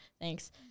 Thanks